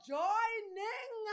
joining